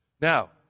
Now